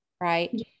right